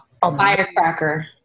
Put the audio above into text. Firecracker